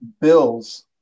Bills